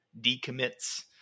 decommits